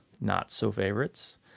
not-so-favorites